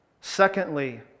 Secondly